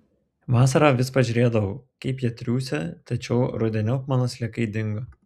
vasarą vis pažiūrėdavau kaip jie triūsia tačiau rudeniop mano sliekai dingo